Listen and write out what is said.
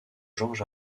george